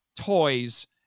toys